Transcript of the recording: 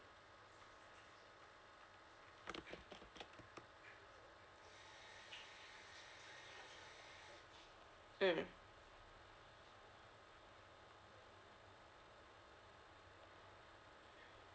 mm